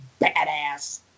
badass